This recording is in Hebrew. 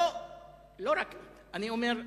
אני אומר,